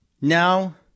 Now